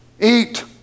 eat